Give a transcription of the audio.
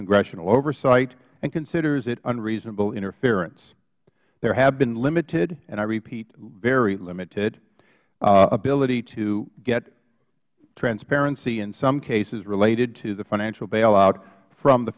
congressional oversight and considers it unreasonable interference there have been limited and i repeat very limited ability to get transparency in some cases related to the financial bailout from the